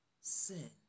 sin